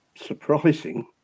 surprising